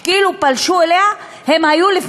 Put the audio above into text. שכאילו פלשו אליהן,